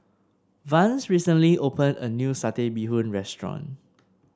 Vance recently opened a new Satay Bee Hoon restaurant